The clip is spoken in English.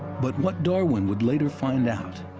but what darwin would later find out,